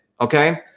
okay